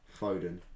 Foden